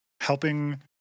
helping